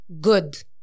good